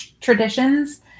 traditions